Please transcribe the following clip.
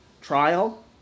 trial